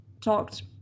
talked